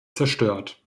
zerstört